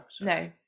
no